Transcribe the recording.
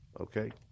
okay